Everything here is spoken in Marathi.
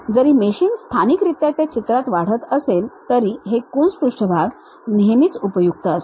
जरी मेशिंग स्थानिकरित्या त्या चित्रात वाढत असेल तरी हे कून्स पृष्ठभाग नेहमीच उपयुक्त असतात